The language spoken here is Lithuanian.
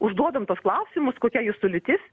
užduodam tuos klausimus kokia jūsų lytis